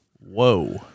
whoa